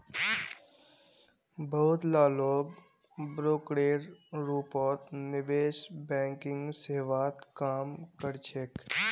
बहुत ला लोग ब्रोकरेर रूपत निवेश बैंकिंग सेवात काम कर छेक